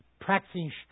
practicing